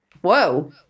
Whoa